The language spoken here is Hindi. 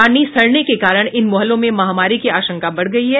पानी सड़ने के कारण इन मोहल्लों में महामारी की आशंका बढ़ गयी है